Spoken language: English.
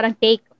take